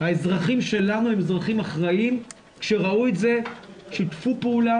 האזרחים שלנו הם אזרחים אחראים כשראו את זה שיתפו פעולה